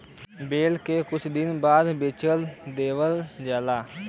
बैल के कुछ दिन बाद बेच देवल जाला